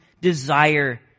desire